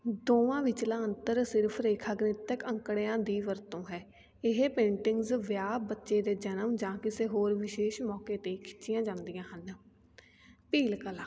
ਦੋਵਾਂ ਵਿਚਲਾ ਅੰਤਰ ਸਿਰਫ ਰੇਖਾ ਗਣਿਤਕ ਅੰਕੜਿਆਂ ਦੀ ਵਰਤੋਂ ਹੈ ਇਹ ਪੇਂਟਿੰਗਸ ਵਿਆਹ ਬੱਚੇ ਦੇ ਜਨਮ ਜਾਂ ਕਿਸੇ ਹੋਰ ਵਿਸ਼ੇਸ਼ ਮੌਕੇ 'ਤੇ ਖਿੱਚੀਆਂ ਜਾਂਦੀਆਂ ਹਨ ਭੀਲ ਕਲਾ